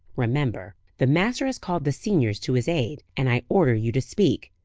remember. the master has called the seniors to his aid, and i order you to speak.